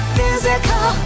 physical